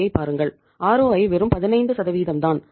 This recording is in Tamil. ஐ வெறும் 15 தான்